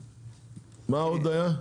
מה עוד היה?